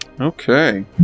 Okay